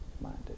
minded